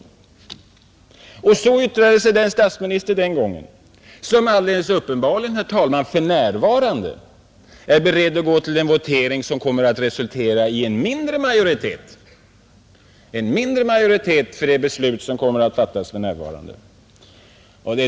Så yttrade sig den statsminister den gången, som alldeles uppenbarligen för närvarande är beredd att gå till en votering som kommer att resultera i en mindre majoritet för det beslut som kommer att fattas.